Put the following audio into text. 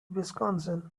wisconsin